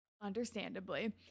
understandably